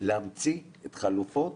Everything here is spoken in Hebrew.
להמציא חלופות